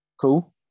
cool